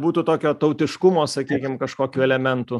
būtų tokio tautiškumo sakykim kaškokių elementų